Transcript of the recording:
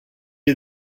est